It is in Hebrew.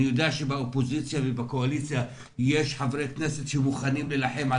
אני יודע שבאופוזיציה ובקואליציה יש חברי כנסת שמוכנים להילחם על